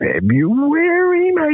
February